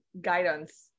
guidance